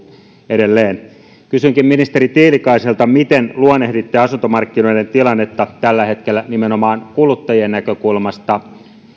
edelleen kysynkin ministeri tiilikaiselta miten luonnehditte asuntomarkkinoiden tilannetta tällä hetkellä nimenomaan kuluttajien näkökulmasta